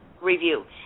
review